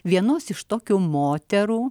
vienos iš tokių moterų